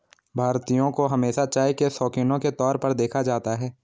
भारतीयों को हमेशा चाय के शौकिनों के तौर पर देखा जाता है